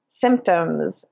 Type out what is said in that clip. symptoms